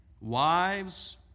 Wives